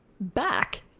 back